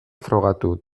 frogatu